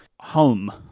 Home